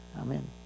Amen